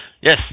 yes